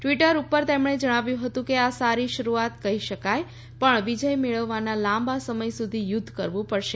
Twitter ઉપર તેમણે જણાવ્યું હતું કે આ સારી શરૂઆત કઠી શકાય પણ વિજય મેળવવા લાંબા સમય સુધી યુધ્ધ કરવું પડશે